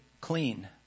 clean